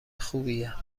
خوبیه